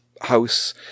house